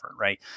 right